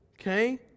Okay